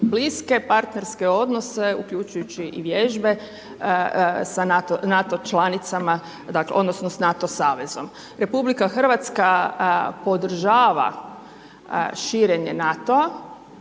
bliske partnerske odnose uključujući i vježbe sa NATO članicama odnosno sa NATO savezom. RH podržava širenje NATO-a